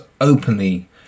openly